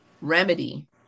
remedy